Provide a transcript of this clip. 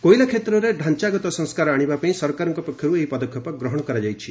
କୋଇଲା କ୍ଷେତ୍ରରେ ଢାଞ୍ଚାଗତ ସଂସ୍କାର ଆଶିବା ପାଇଁ ସରକାରଙ୍କ ପକ୍ଷରୁ ଏହି ପଦକ୍ଷେପ ନିଆଯାଇଛି